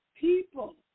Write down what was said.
people